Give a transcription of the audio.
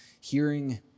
hearing